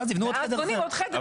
ואז בונים עוד חדר.